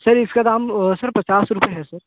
sir इसका दाम sir पचास रुपये है सर